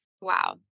Wow